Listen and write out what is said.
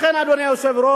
לכן, אדוני היושב-ראש,